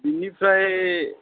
बिनिफ्राय